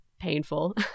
painful